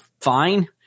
fine